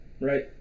Right